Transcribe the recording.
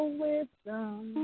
wisdom